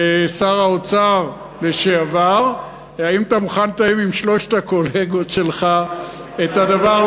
שר האוצר לשעבר: האם אתה מוכן לתאם עם שלושת הקולגות שלך את הדבר,